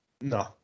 No